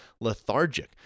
lethargic